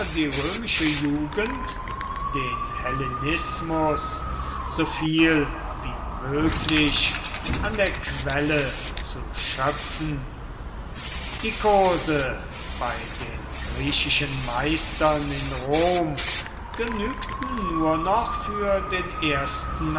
die römische jugend den hellenismus so viel wie möglich an der quelle zu schöpfen die kurse bei den griechischen meistern in rom genügten nur noch für den ersten